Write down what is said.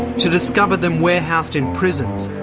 to discover them warehoused in prisons,